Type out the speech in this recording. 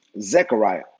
Zechariah